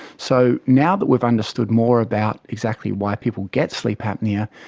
so now that we've understood more about exactly why people get sleep apnoea,